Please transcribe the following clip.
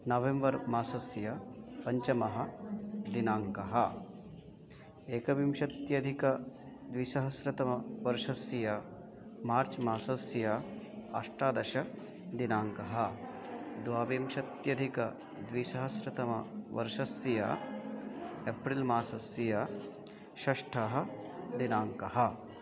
November मासस्य पञ्चमः दिनाङ्कः एकविंशत्यधिकद्विसहस्रतमवर्षस्य मार्च् मासस्य अष्टादशदिनाङ्कः द्वाविंशत्यधिकद्विसहस्रतमवर्षस्य एप्रिल् मासस्य षष्ठः दिनाङ्कः